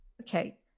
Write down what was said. Okay